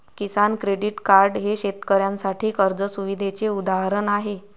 किसान credit card हे शेतकऱ्यांसाठी कर्ज सुविधेचे उदाहरण आहे